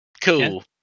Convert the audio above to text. Cool